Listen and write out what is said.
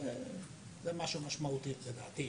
זה משהו משמעותי, לדעתי.